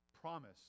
promise